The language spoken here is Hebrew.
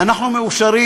אנחנו מאושרים,